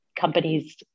companies